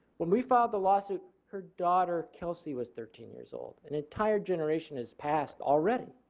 when we followed the lawsuit her daughter kelsey was thirteen years old. an entire generation has passed already.